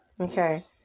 okay